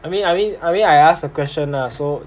I mean I mean I mean I asked a question lah so